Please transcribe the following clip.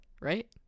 right